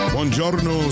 Buongiorno